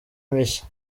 mishya